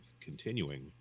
continuing